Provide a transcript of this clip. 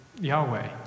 Yahweh